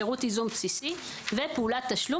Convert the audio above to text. שירות ייזום בסיסי ופעולת תשלום,